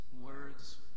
words